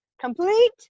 complete